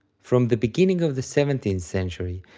from the beginning of the seventeenth century,